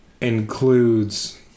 includes